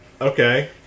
Okay